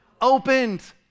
Opened